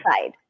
side